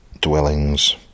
dwellings